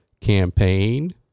campaign